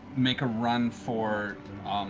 make a run for